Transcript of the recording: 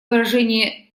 выражение